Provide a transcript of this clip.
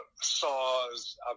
saws